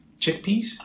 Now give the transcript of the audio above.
chickpeas